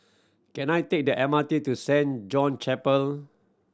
can I take the M R T to Saint John' Chapel